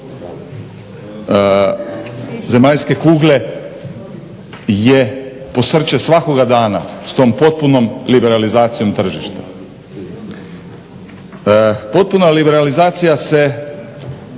zemaljske kugle je posrće svakoga dana s tom potpunom liberalizacijom tržišta. Potpuna liberalizacija se